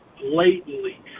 blatantly